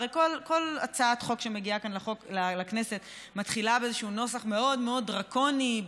הרי כל הצעת חוק שמגיעה לכנסת מתחילה באיזשהו נוסח מאוד מאוד דרקוני,